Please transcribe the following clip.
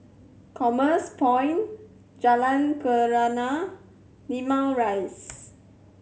Commerce Point Jalan Kenarah Limau Rise